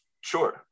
Sure